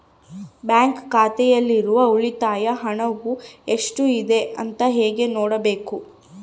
Bank ಖಾತೆಯಲ್ಲಿರುವ ಉಳಿತಾಯ ಹಣವು ಎಷ್ಟುಇದೆ ಅಂತ ಹೇಗೆ ನೋಡಬೇಕು?